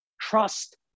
trust